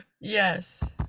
Yes